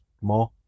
more